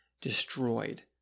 destroyed